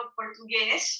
português